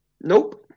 nope